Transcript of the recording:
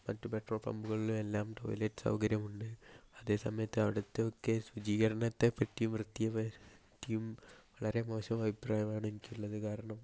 മറ്റു പെട്രോൾ പമ്പുകളിലും എല്ലാം ടൊയ്ലറ്റ് സൗകര്യമുണ്ട് അതേസമയത്തെ അവിടുത്തെയൊക്കെ ശുചീകരണത്തെ പറ്റിയും വൃത്തിയെ പറ്റിയും വളരെ മോശം അഭിപ്രായമാണ് എനിക്കുള്ളത് കാരണം